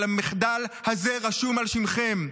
המחדל הזה רשום על שמכם.